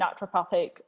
naturopathic